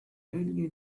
earlier